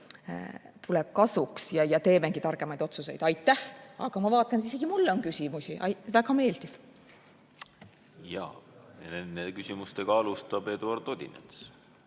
arutelu kasuks ja me teemegi targemaid otsuseid. Aitäh! Aga ma vaatan, et isegi mulle on küsimusi. Väga meeldiv! Ja nende küsimustega alustab Eduard Odinets.